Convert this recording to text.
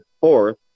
fourth